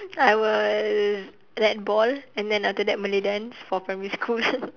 I was netball and then after that malay dance for primary school